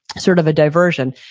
sort of a diversion.